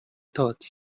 tots